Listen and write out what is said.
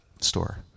store